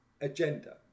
agenda